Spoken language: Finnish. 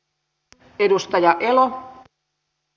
tämän edustaja ja lomalla